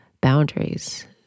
boundaries